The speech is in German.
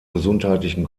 gesundheitlichen